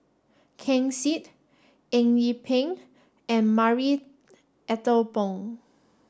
Ken Seet Eng Yee Peng and Marie Ethel Bong